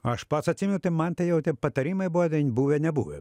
aš pats atsimenu tai man tai jau tie patarimai buvo buvę nebuvę